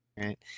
right